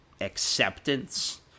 acceptance